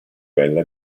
bella